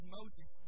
Moses